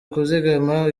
kuzigama